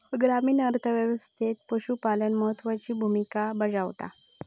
ग्रामीण अर्थ व्यवस्थेत पशुपालन महत्त्वाची भूमिका बजावता